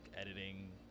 editing